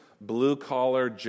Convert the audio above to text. blue-collar